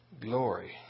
glory